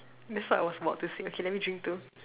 that's what I was about to say okay let me drink too